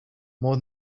more